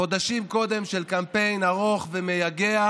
חודשים קודם של קמפיין ארוך ומייגע